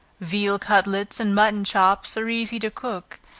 veal cutlets, and mutton chops, are easy to cook,